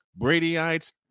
Bradyites